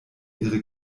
ihre